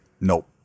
nope